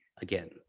again